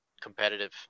competitive